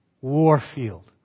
Warfield